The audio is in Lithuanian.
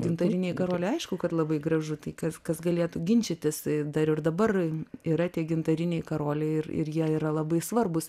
gintariniai karoliai aišku kad labai gražu tai kas kas galėtų ginčytis dar ir dabar yra tie gintariniai karoliai ir ir jie yra labai svarbūs